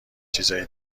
چیزای